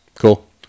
cool